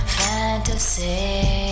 fantasy